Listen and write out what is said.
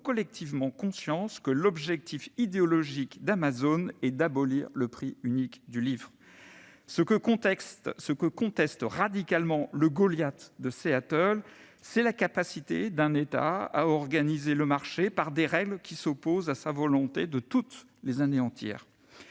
collectivement conscience que l'objectif idéologique d'Amazon est d'abolir le prix unique du livre. Ce que conteste radicalement le Goliath de Seattle, c'est la capacité d'un État à organiser le marché par des règles qui s'opposent à sa volonté de toutes les anéantir.